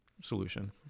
solution